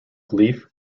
belief